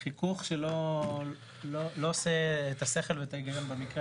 חיכוך שלא עושה את השכל ואת ההגיון במקרה